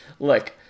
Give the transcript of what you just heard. Look